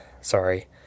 Sorry